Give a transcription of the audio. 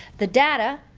the data,